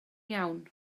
iawn